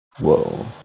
Whoa